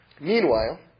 meanwhile